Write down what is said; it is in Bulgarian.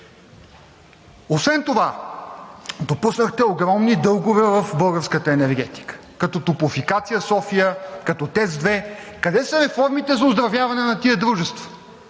Освен това допуснахте огромни дългове в българската енергетика като „Топлофикация София“, като ТЕЦ 2. Къде са реформите за оздравяване на тези дружества?